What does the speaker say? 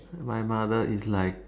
my mother is like